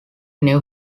new